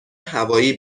هوایی